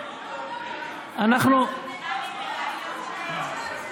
אתם מושכים את זה?